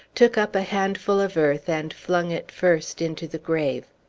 took up a handful of earth and flung it first into the grave.